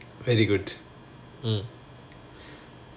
very good mm